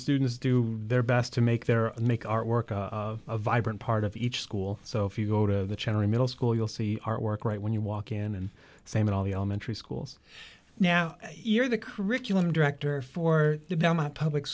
students do their best to make their make artwork of vibrant part of each school so if you go to the cherry middle school you'll see artwork right when you walk in and same in all the elementary schools now you're the curriculum director for now my public